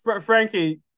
Frankie